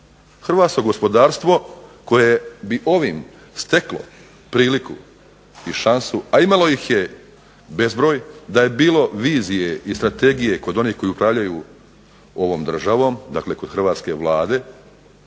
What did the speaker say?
Hrvatsko gospodarstvo koje bi ovim steklo priliku i šansu, a imalo ih je bezbroj, da je bilo vizije i strategije kod onih koji upravljaju ovom državom, dakle kod hrvatske Vlade,